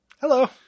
Hello